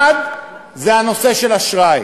1. הנושא של אשראי: